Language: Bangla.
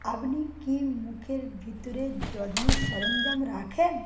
আপনি কি মুখের ভিতরের যত্নের সরঞ্জাম রাখেন